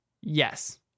Yes